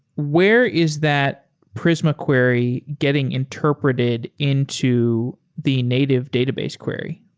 where is that prisma query getting interpreted into the native database query?